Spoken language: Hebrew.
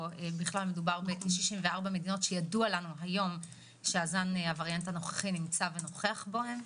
אלא מדובר ב-64 מדינות שידוע לנו היום שהווריאנט הנוכחי נוכח בהן.